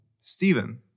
Stephen